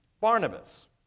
Barnabas